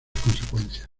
consecuencias